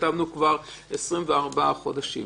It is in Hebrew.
24 חודשים.